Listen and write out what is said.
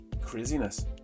craziness